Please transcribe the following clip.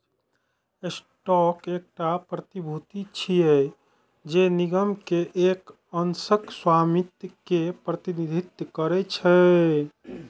stock एकटा प्रतिभूति छियै, जे निगम के एक अंशक स्वामित्व के प्रतिनिधित्व करै छै